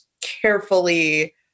carefully